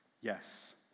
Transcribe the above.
Yes